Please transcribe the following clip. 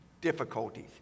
Difficulties